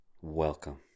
Welcome